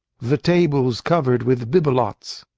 the tables covered with bibelots!